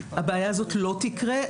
הבעיה הזאת לא תקרה.